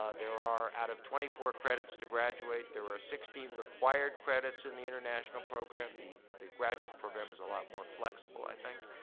ah there are, out of twenty four credits to graduate, there are sixteen required credits in the international program. the the graduate program's a lot more flexible, i think.